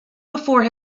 before